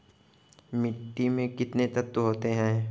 मिट्टी में कितने तत्व होते हैं?